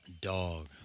Dog